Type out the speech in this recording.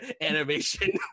animation